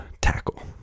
tackle